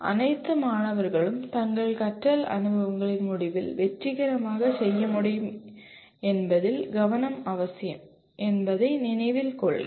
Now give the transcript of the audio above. அனைத்து மாணவர்களும் தங்கள் கற்றல் அனுபவங்களின் முடிவில் வெற்றிகரமாக செய்ய முடியும் என்பதில் கவனம் அவசியம் என்பதை நினைவில் கொள்க